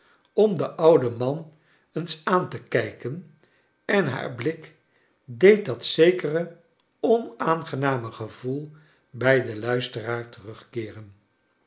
om iien ouden man eens aaii te kijken en haar blik deed dat zekere onaangename gevoel bij den luisteraar terugkeeren